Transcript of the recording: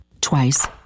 twice